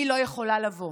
אני לא יכולה לבוא